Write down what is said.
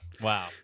Wow